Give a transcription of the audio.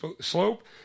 slope